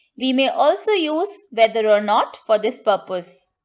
we may also use whether or not for this purpose.